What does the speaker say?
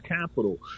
capital